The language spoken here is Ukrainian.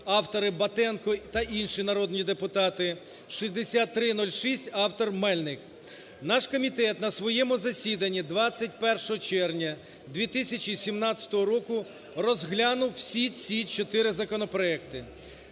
(автори: Батенко та інші народні депутати), 6306 (автор – Мельник). Наш комітет на своєму засідання 21 червня 2017 року розглянув всі ці 4 законопроекти.